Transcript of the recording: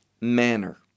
manner